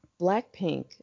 Blackpink